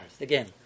Again